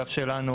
האגף שלנו